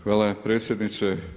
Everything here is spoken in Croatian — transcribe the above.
Hvala predsjedniče.